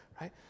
right